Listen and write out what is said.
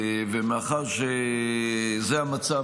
מאחר שזה המצב,